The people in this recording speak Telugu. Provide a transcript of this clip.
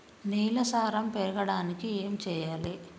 నేల సారం పెరగడానికి ఏం చేయాలి?